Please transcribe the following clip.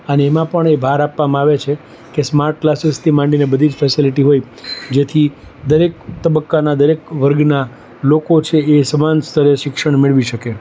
અને એમાં પણ એ ભાર આપવામાં આવે છે કે સ્માર્ટ ક્લાસીથી માંડીને બધી જ ફેસલિટી હોય જેથી દરેક તબક્કાના દરેક વર્ગના લોકો છે એ સમાન સ્તરે શિક્ષણ મેળવી શકે